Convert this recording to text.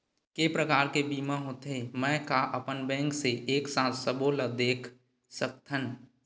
के प्रकार के बीमा होथे मै का अपन बैंक से एक साथ सबो ला देख सकथन?